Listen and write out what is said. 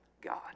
God